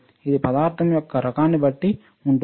ఇది పదార్థం యొక్క రకాన్ని బట్టి ఉంటుంది